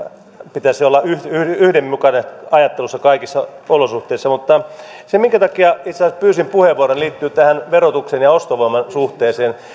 pitäisi olla yhdenmukainen ajattelussa kaikissa olosuhteissa mutta se minkä takia itse asiassa pyysin puheenvuoron liittyy tähän verotuksen ja ostovoiman suhteeseen